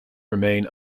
remain